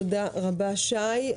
תודה רבה, שי.